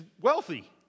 wealthy